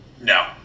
No